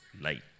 light